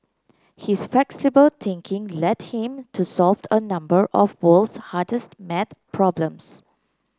his flexible thinking led him to solved a number of world's hardest maths problems